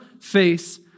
face